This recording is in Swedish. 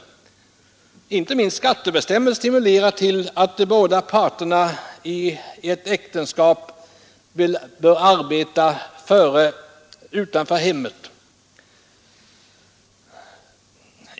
Icke minst skattebestämmelserna stimulerar till att båda parterna i ett äktenskap arbetar utanför hemmet.